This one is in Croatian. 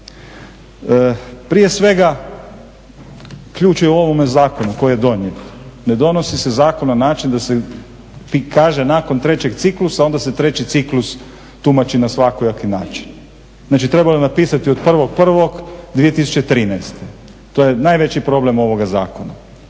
Prije svega ključ je u ovome zakonu koji je donijet, ne donosi se zakon na način da ti kaže nakon trećeg ciklusa, onda se treći ciklus tumači na svakojaki način, znači trebalo je napisati od 1.1.2013., to je najveći problem ovoga zakona.